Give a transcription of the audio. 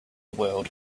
world